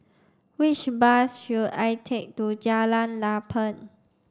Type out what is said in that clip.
which bus should I take to Jalan Lapang